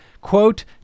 quote